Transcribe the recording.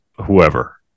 whoever